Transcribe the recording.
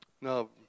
No